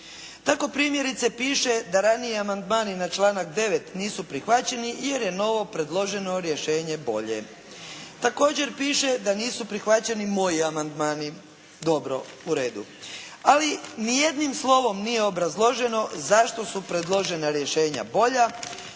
Tako primjerice piše da raniji amandmani na članak 9. nisu prihvaćeni jer novo predloženo rješenje bolje. Također piše da nisu prihvaćeni moji amandmani. Dobro, u redu. Ali nijednim slovom nije obrazloženo zašto su predložena rješenja bolja